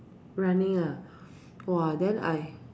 running ah !wah! then I